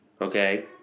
Okay